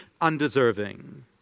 undeserving